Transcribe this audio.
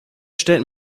stellt